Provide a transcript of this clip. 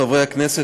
חברי הכנסת,